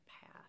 path